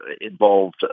involved